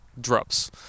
drops